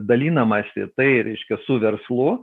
dalinamasi tai reiškia su verslu